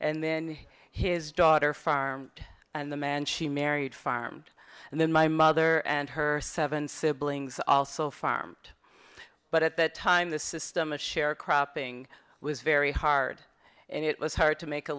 and then his daughter farm and the man she married farmed and then my mother and her seven siblings also farm but at that time the system of sharecropping was very hard and it was hard to make a